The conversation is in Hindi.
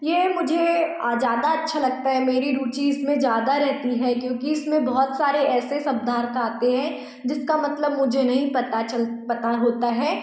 यह मुझे ज़्यादा अच्छा लगता है मेरी रुचि इसमें ज़्यादा रहती है क्योंकि इसमें बहुत सारे ऐसे शब्दार्थ आते हैं जिसका मतलब मुझे नहीं पता चल पता होता है